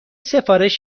سفارش